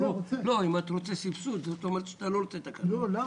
אם אתה רוצה סבסוד זה אומר שאתה לא רוצה את התקנות.